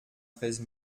treize